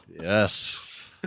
yes